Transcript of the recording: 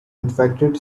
infected